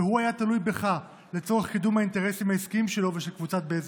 והוא היה תלוי בך לצורך קידום האינטרסים העסקיים שלו ושל קבוצת בזק,